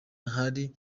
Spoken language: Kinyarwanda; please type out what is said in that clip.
hari